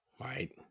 Right